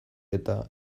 eta